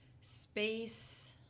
Space